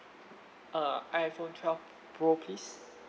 uh iphone twelve pro please